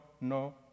no